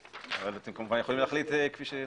אתם כמובן יכולים להחליט כפי שתחליטו.